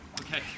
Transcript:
Okay